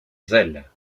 zèle